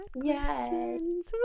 questions